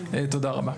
תודה רבה.